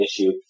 issue